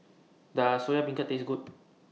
Does Soya Beancurd Taste Good